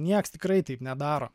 nieks tikrai taip nedaro